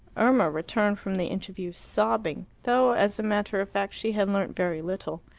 irma returned from the interview sobbing, though, as a matter of fact, she had learnt very little.